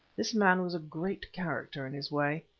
this man was a great character in his way.